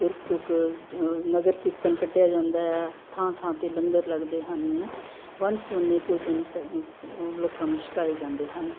ਗੁਰਪੁਰਬ ਨਗਰ ਕੀਰਤਨ ਕੱਢਿਆ ਜਾਂਦਾ ਆ ਥਾਂ ਥਾਂ 'ਤੇ ਲੰਗਰ ਲੱਗਦੇ ਹਨ ਵੰਨ ਸੁਵੰਨੇ ਭੋਜਨ ਲੋਕਾਂ ਨੂੰ ਛਕਾਏ ਜਾਂਦੇ ਹਨ